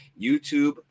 YouTube